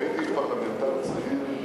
הייתי פרלמנטר צעיר,